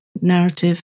narrative